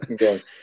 Yes